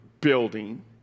building